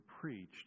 preached